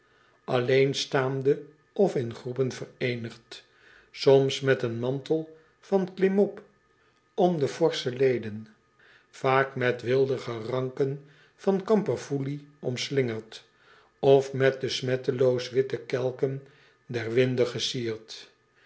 staande of in groepen vereenigd soms met een mantel van klimop om de forsche leden vaak met weelderige ranken van kamperfoelie omslingerd of met de smetteloos witte kelken der winde gesierd